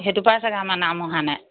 সেইটো পাই চাগে আমাৰ নাম অহা নাই